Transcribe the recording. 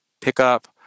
pickup